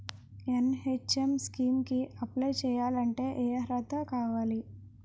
NHM scheme కి apply చేయాలి అంటే ఏ అర్హత కావాలి?